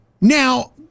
Now